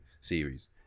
series